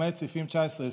למעט סעיפים 20-19,